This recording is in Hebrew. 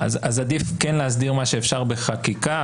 אז עדיף כן להסדיר מה שאפשר בחקיקה.